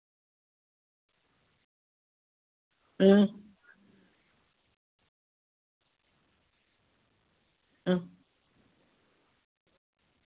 अं